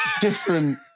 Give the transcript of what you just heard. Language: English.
different